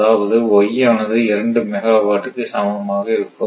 அதாவது y ஆனது இரண்டு மெகா வாட்டுக்கு சமமாக இருக்கும்